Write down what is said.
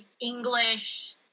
English